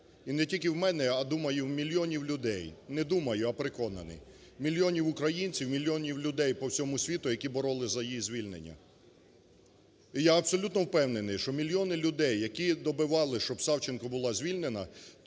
і не тільки в мене, а, думаю, в мільйонів людей, не думаю, а переконаний, мільйонів українців, мільйонів людей по всьому світу, які боролися по всьому світу, які боролися за її звільнення. І я абсолютно впевнений, що мільйони людей, які добивалися, щоб Савченко була звільнена,